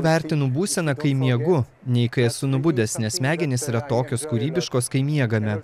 vertinu būseną kai miegu nei kai esu nubudęs nes smegenys yra tokios kūrybiškos kai miegame